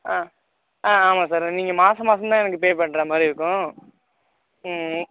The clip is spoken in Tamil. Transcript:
ஆ ஆ ஆமாம் சார் நீங்கள் மாதம் மாதம் தான் எனக்கு பே பண்ணுற மாதிரி இருக்கும்